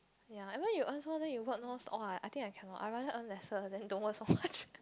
ya even if you earn so much then you work non stop !wah! I think I cannot I rather earn lesser then don't work so much